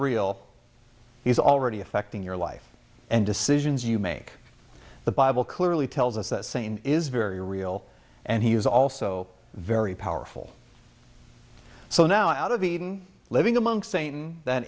real he's already affecting your life and decisions you make the bible clearly tells us that saint is very real and he is also very powerful so now out of eden living among saying that